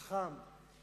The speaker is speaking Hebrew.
חכם,